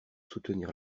soutenir